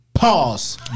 Pause